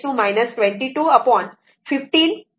727 e 2215 मिळेल